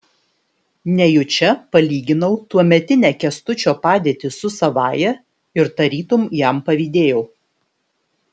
nejučia palyginau tuometinę kęstučio padėtį su savąja ir tarytum jam pavydėjau